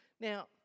now